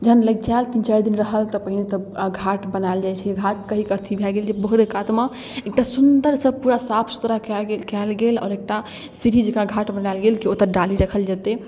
जहाँ लगिचाअत तीन चारि दिन रहल तऽ पहिनहि तऽ घाट बनाएल जाइ छै घाट कथी भऽ गेल जे भोरे कातमे एकटा सुन्दरसँ पूरा साफ सुथरा कएल गेल आओर एकटा सीढ़ीजकाँ घाट बनाएल गेल कि ओतऽ डाली राखल जेतै